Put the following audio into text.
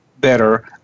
better